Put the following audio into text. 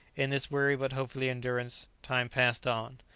in this weary but hopeful endurance time passed on.